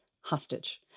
hostage